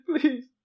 Please